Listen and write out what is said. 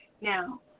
Now